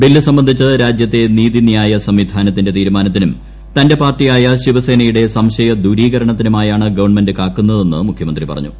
bill സംബന്ധിച്ച് രാജ്യത്തെ നീതിന്യായ സംവിധാനത്തിന്റെ തീരുമാനത്തിനും തന്റെ പാർട്ടിയായ ശിവസേനയുടെ സംശയ ദൂരീകരണത്തിനുമായാണ് ഗവൺമെന്റ് കാക്കുന്നതെന്ന് മുഖ്യമന്ത്രി പറഞ്ഞു